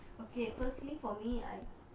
okay firstly for me I